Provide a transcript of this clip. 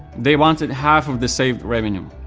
they wanted half of the saved revenue.